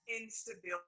instability